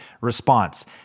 response